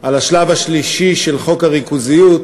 על השלב השלישי של חוק הריכוזיות,